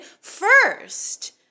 first